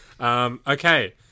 Okay